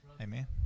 Amen